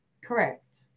correct